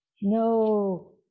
no